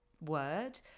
word